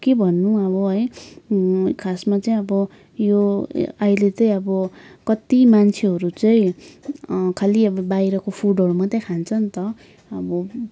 के भन्नु अब है खासमा चाहिँ अब यो अहिले चाहिँ अब कति मान्छेहरू चाहिँ खालि अब बाहिरको फुडहरू मात्रै खान्छ नि त अब